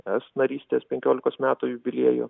es narystės penkiolikos metų jubiliejų